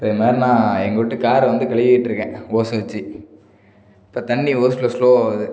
இப்போ என்னன்னா எங்கள் வீட்டுக் காரை வந்து கழுவிட்ருக்கேன் ஓஸை வச்சி இப்போ தண்ணி ஓஸில் ஸ்லோவாக வருது